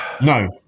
No